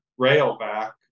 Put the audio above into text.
Railback